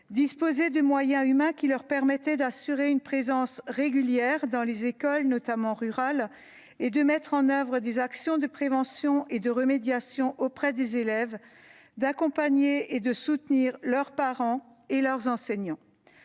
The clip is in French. disposaient de moyens humains qui leur permettaient d'assurer une présence régulière dans les écoles, notamment rurales, et de mettre en oeuvre des actions de prévention et de remédiation auprès des élèves, d'accompagner et de soutenir leurs parents et leurs enseignants.